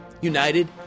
united